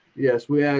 yes, we yeah